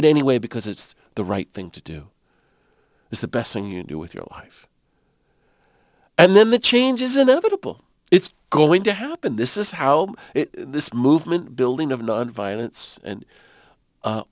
it anyway because it's the right thing to do is the best thing you do with your life and then the change is inevitable it's going to happen this is how this movement building of violence and a